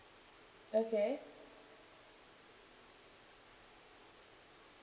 okay